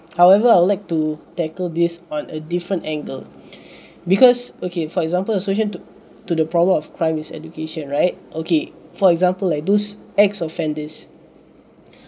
however I would like to tackle this on a different angle because okay for example solution to to the problem of crime is education right okay for example like those ex-offenders